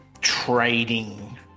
trading